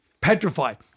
petrified